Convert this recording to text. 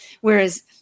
whereas